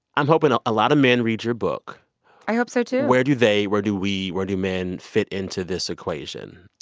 i'm hoping a lot of men read your book i hope so, too where do they where do we where do men fit into this equation?